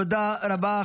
תודה רבה.